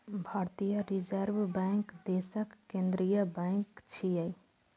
भारतीय reserve bank देशक केंद्रीय बैंक छियै